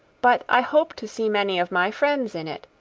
but i hope to see many of my friends in it.